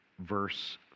verse